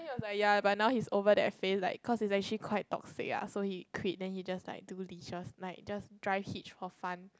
then he was like ya but he's over that phase like cause it's actually quite toxic ah so he quit then he just like do leisures like just drive hitch for fun